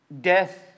Death